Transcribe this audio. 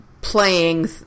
Playing